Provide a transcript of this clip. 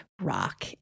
Rock